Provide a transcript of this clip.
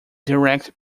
direct